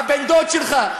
הבן-דוד שלך,